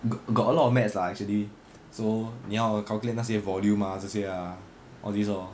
got got a lot of maths lah actually so 你要 calculate 那些 volume ah 这些 ah all this lor